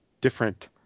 different